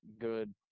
good